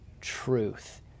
truth